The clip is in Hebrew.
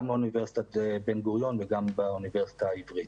גם באוניברסיטת בן גוריון וגם באוניברסיטה העברית.